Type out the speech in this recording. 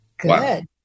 Good